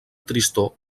tristor